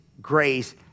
grace